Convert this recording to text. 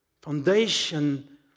Foundation